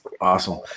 awesome